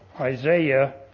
Isaiah